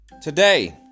Today